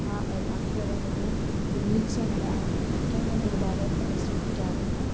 അതിന്റെ ഇടയിൽ ഒരു വിള്ളിച്ച വരാതിരിക്കാൻ ഞാൻ ഒരുപാട് ശ്രമിക്കാറുണ്ട്